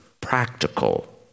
practical